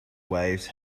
waves